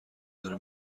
داره